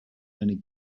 many